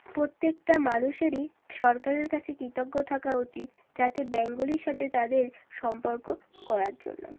প্রত্যেকটা মানুষেরই সরকারের কাছে কৃতজ্ঞ থাকা উচিত যাতে ব্যাংকগুলির সাথে তাদের সম্পর্ক করার জন্য